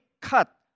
cut